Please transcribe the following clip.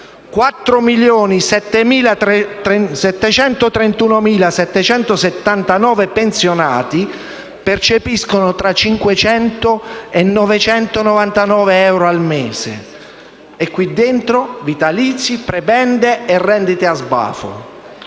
4.731.779 pensionati percepiscono tra 500 e 999 euro al mese. E qui dentro vitalizi, prebende e rendite a sbafo.